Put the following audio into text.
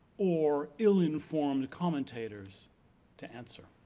or ill-informed commentators to answer.